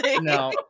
No